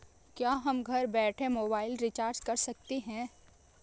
क्या हम घर बैठे मोबाइल रिचार्ज कर सकते हैं?